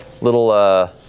little